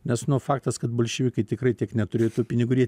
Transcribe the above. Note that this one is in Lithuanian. nes nu faktas kad bolševikai tikrai tiek neturėtų pinigų ir jie